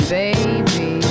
baby